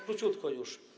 Króciutko już.